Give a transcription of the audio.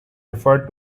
referred